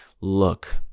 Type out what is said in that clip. look